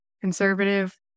conservative